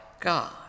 God